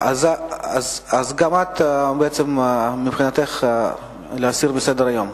אז גם את, בעצם, מבחינתך, להסיר מסדר-היום?